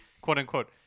quote-unquote